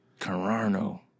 Carano